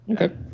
Okay